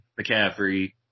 McCaffrey